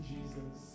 Jesus